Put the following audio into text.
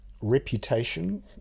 reputation